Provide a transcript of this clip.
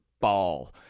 ball